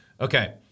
Okay